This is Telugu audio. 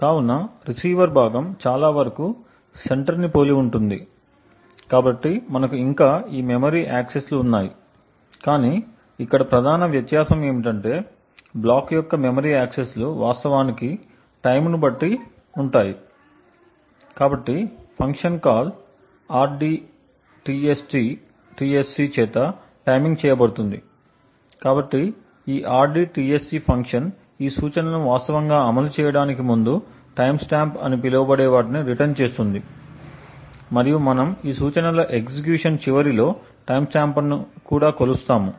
కావున రిసీవర్ భాగం చాలా వరకు సెంటర్ని పోలి ఉంటుంది కాబట్టి మనకు ఇంకా ఈ మెమరీ యాక్సెస్లు ఉన్నాయి కాని ఇక్కడ ప్రధాన వ్యత్యాసం ఏమిటంటే బ్లాక్ యొక్క మెమరీ యాక్సెస్లు వాస్తవానికి టైమ్ ను బట్టి ఉంటాయి కాబట్టి ఫంక్షన్ కాల్ rdtsc చేత టైమింగ్ చేయబడుతుంది కాబట్టి ఈ rdtsc ఫంక్షన్ ఈ సూచనలను వాస్తవంగా అమలు చేయడానికి ముందు టైమ్ స్టాంప్ అని పిలువబడే వాటిని రిటర్న్ చేస్తుంది మరియు మనము ఈ సూచనల ఎగ్జిక్యూషన్ చివరిలో టైమ్స్టాంప్ను కూడా కొలుస్తాము